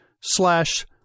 slash